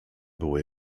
było